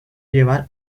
llevar